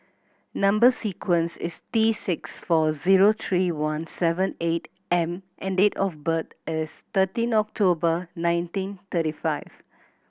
number sequence is T six four zero three one seven eight M and date of birth is thirteen October nineteen thirty five